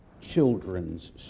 children's